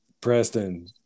Preston